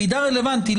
מידע רלוונטי,